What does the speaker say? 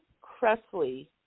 Cressley